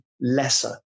lesser